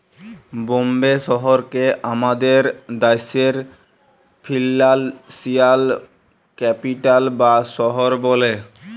বম্বে শহরকে আমাদের দ্যাশের ফিল্যালসিয়াল ক্যাপিটাল বা শহর ব্যলে